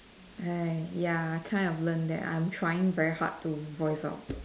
I ya I kind of learnt that I'm trying very hard to voice out